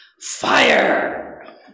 Fire